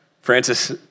Francis